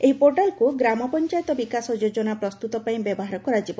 ଏହି ପୋର୍ଟାଲ୍କୁ ଗ୍ରାମ ପଞ୍ଚାୟତ ବିକାଶ ଯୋଜନା ପ୍ରସ୍ତୁତ ପାଇଁ ବ୍ୟବହାର କରାଯିବ